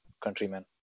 countrymen